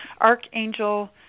Archangel